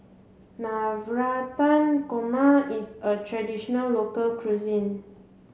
Navratan Korma is a traditional local cuisine